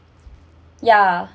ya